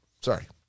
Sorry